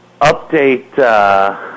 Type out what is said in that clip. update